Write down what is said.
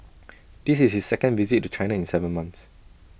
this is his second visit to China in Seven months